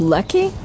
Lucky